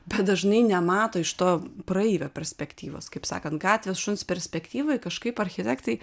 bet dažnai nemato iš to praeivio perspektyvos kaip sakant gatvės šuns perspektyvoj kažkaip architektai